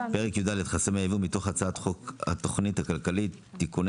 פרק י"ד (חסמי ייבוא) מתוך הצעת חוק התכנית הכלכלית (תיקוני